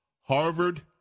Harvard